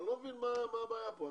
אני לא מבין מה הבעיה כאן.